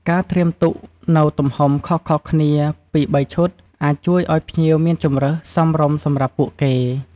ការត្រៀមទុកនូវទំហំខុសៗគ្នាពីរបីឈុត អាចជួយឲ្យភ្ញៀវមានជម្រើសសមរម្យសម្រាប់ពួកគេ។